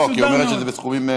היא אומרת שזה בסכומים,